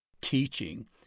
teaching